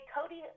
Cody